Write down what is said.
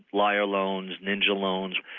liar loans, ninja loans.